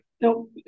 No